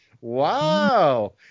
Wow